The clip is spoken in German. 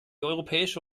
europäische